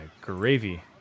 gravy